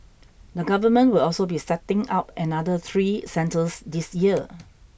the government will also be setting up another three centres this year